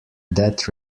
that